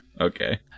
Okay